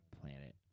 Planet